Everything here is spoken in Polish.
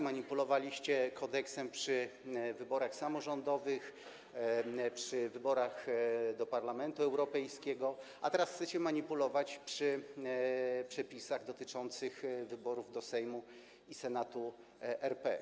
Manipulowaliście kodeksem przy wyborach samorządowych, przy wyborach do Parlamentu Europejskiego, a teraz chcecie manipulować przy przepisach dotyczących wyborów do Sejmu i Senatu RP.